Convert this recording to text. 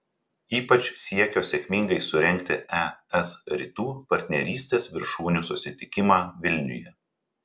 ypač siekio sėkmingai surengti es rytų partnerystės viršūnių susitikimą vilniuje